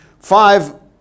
five